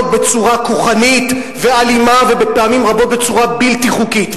בצורה כוחנית ואלימה ופעמים רבות בצורה בלתי חוקית.